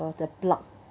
the plug